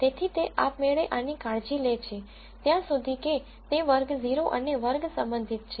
તેથી તે આપમેળે આની કાળજી લે છે ત્યાં સુધી કે તે વર્ગ 0 અને વર્ગ 1 સંબંધિત છે